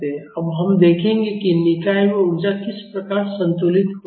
अब हम देखेंगे कि निकाय में ऊर्जा किस प्रकार संतुलित होती है